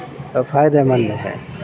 فائدے مند ہے